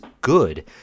good